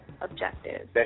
objective